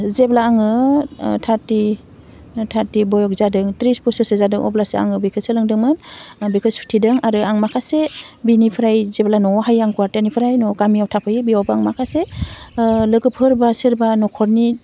जेब्ला आङो थारटि थारटि बैसो जादों थ्रिस बोसोरसो जादों अब्लासो आङो बेखौ सोलोंदोंमोन आं बेखौ सुथेदों आरो आं माखासे बिनिफ्राय जेब्ला न'वावहाइयो आं कवाटेननिफ्राय गामियाव थाफैयो बेयावबो आं माखासे लोगोफोर बा सोरबा न'खरनि